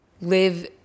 live